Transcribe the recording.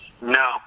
No